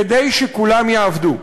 כדי שכולם יעבדו.